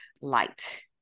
Light